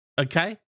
Okay